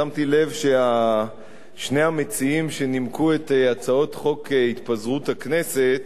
שמתי לב ששני המציעים שנימקו את חוק התפזרות הכנסת